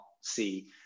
see